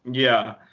yeah.